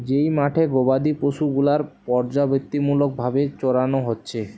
যেই মাঠে গোবাদি পশু গুলার পর্যাবৃত্তিমূলক ভাবে চরানো হচ্ছে